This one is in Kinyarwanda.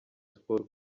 sports